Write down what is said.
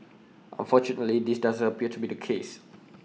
unfortunately this doesn't appear to be the case